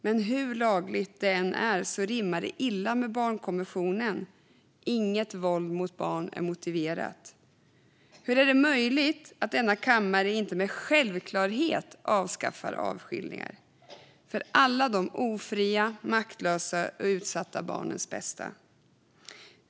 Men hur lagligt det än är rimmar det illa med barnkonventionen och att "inget våld mot barn är motiverat." Hur är det möjligt att denna kammare inte med självklarhet avskaffar avskiljningar, för alla de ofria, maktlösa och utsatta barnens bästa?